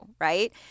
right